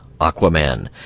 Aquaman